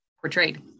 portrayed